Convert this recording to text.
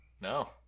No